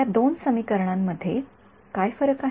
या दोन प्रकरणांमध्ये काय फरक आहे